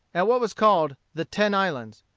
at what was called the ten islands,